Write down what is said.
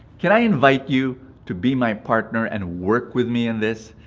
can i invite you to be my partner, and work with me in this?